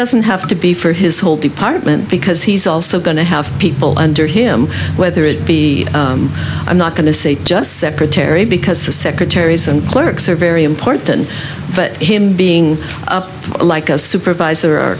doesn't have to be for his whole department because he's also going to have people under him whether it be i'm not going to say just secretary because the secretaries and clerks are very important but him being like a supervisor